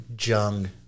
Jung